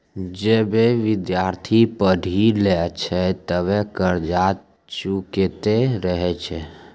जबे विद्यार्थी पढ़ी लै छै तबे कर्जा चुकैतें रहै छै